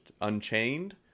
unchained